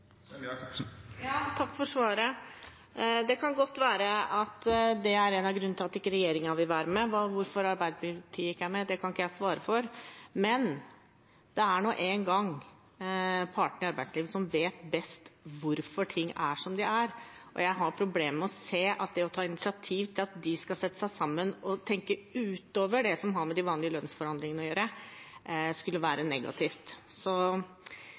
Det kan godt være at det er en av grunnene til at ikke regjeringen vil være med. Hvorfor Arbeiderpartiet ikke er med, kan ikke jeg svare for. Men det er nå en gang partene i arbeidslivet som vet best hvorfor ting er som de er, og jeg har problemer med å se at det å ta initiativ til at de skal sette seg sammen og tenke utover det som har med de vanlige lønnsforhandlingene å gjøre, skulle være negativt.